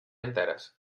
interes